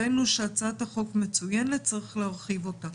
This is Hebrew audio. הצעת החוק מצוינת, רק צריך להרחיב אותה.